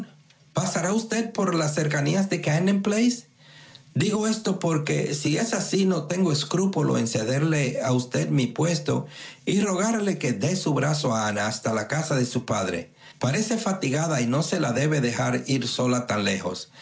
pasará usted por las cercanías de camden place digo esto porque si es así no tengo escrúpulo en ceder a usted mi puesto y rogarle que dé su brazo a ana hasta la casa de su padre parece fatigada y no se la debe dejar ir sola tan lejos